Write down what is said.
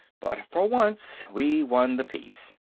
but for once, we won the peace.